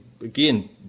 again